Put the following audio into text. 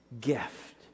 gift